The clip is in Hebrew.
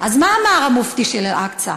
אז מה אמר המופתי של אל-אקצא?